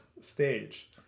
stage